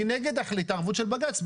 אני נגד התערבות של בג"ץ.